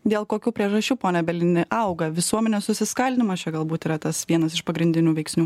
dėl kokių priežasčių pone bielini auga visuomenės susiskaldymas čia galbūt yra tas vienas iš pagrindinių veiksnių